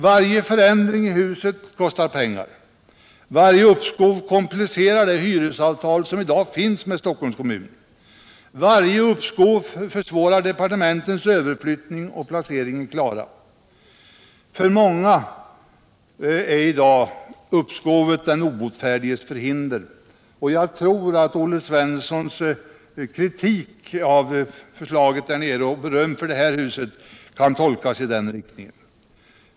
Varje förändring i huset kostar pengar, varje uppskov komplicerar det hyresavtal som i dag finns med Stockholms kommun, varje uppskov försvårar departementens överflyttning och placering i Klara. För många är i dag uppskovet den obotfärdiges förhinder. Jag tror att Olle Svenssons kritik av Helgeandsholmen och beröm av det här huset kan tolkas i den riktningen.